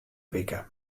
wike